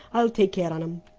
i'll take care on him.